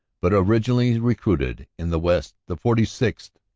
but originally recruited in the west the forty sixth,